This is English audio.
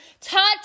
touch